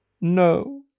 No